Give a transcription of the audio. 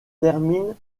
termine